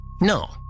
No